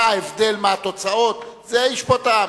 מה ההבדל, מה התוצאות, זה ישפוט העם.